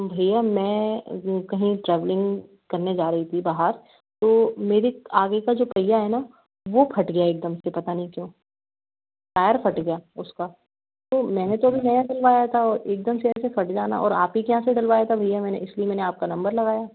भैया मैं जो कहीं ट्रेवलिंग करने जा रही थी बाहर तो मेरे आगे का जो पहिया है ना वो फट गया एकदम से पता नहीं क्यों टायर फट गया उसका तो मैंने तो अभी नया डलवाया था और एकदम से ऐसे फट जाना और आप ही के यहाँ से डलवाया था भैया मैंने इसलिए मैंने आपका नंबर लगाया